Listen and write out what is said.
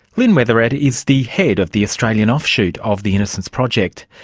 lynne weathered is the head of the australian offshoot of the innocence project.